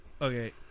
Okay